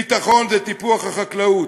ביטחון זה טיפוח החקלאות,